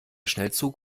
schnellzug